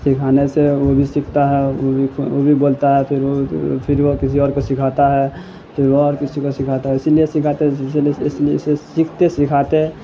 سکھانے سے وہ بھی سیکھتا ہے وہ بھی وہ بھی بولتا ہے پھر وہ پھر وہ کسی اور کو سکھاتا ہے پھر وہ اور کسی کو سکھاتا ہے اسی لیے سکھاتے ہے سیکھتے سکھاتے